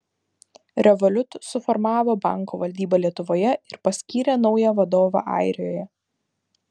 revolut suformavo banko valdybą lietuvoje ir paskyrė naują vadovą airijoje